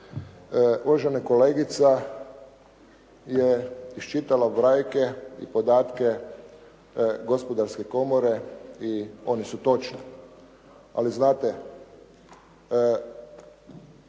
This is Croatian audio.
Uvažena kolegica je iščitala brojke i podatke Gospodarske komore i oni su točni. Ali znate,